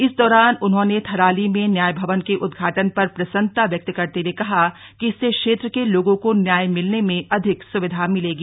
इस दौरान उन्होंने थराली में न्याय भवन के उद्घाटन पर प्रसन्नता व्यक्त करते हुए कहा कि इससे क्षेत्र के लोगों को न्याय मिलने में अधिक सुविधा मिलेगी